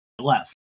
left